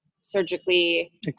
surgically